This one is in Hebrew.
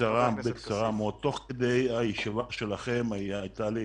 תוך כדי הישיבה שלכם הייתה לי